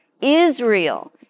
Israel